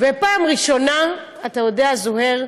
ובפעם הראשונה, אתה יודע, זוהיר,